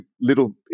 little